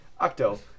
Octo